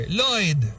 Lloyd